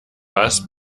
was